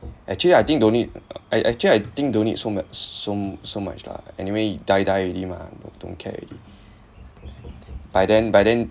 actually I think don't need uh I actually I think don't need so much so so much lah anyway you die die already mah you don't care already by then by then